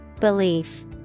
belief